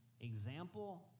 example